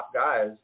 guys